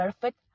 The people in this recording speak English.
perfect